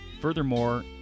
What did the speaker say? Furthermore